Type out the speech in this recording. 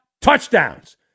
touchdowns